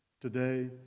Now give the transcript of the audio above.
today